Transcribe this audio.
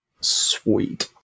Sweet